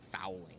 fouling